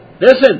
listen